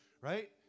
right